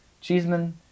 Cheeseman